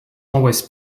always